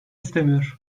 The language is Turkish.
istemiyor